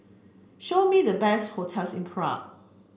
show me the best hotels in Prague